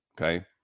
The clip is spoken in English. Okay